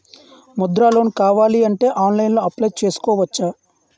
Mudra loan కావాలి అంటే ఆన్లైన్లో అప్లయ్ చేసుకోవచ్చా?